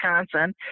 wisconsin